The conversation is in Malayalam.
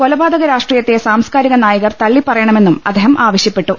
കൊലപാതക രാഷ്ട്രീയത്തെ സാംസ്കാരിക നായകർ തള്ളി പറയണമെന്നും അദ്ദേഹം ആവശ്യപ്പെട്ടു